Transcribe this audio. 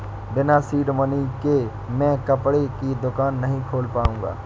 बिना seed money के मैं कपड़े की दुकान नही खोल पाऊंगा